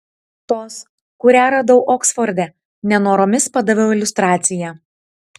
tos kurią radau oksforde nenoromis padaviau iliustraciją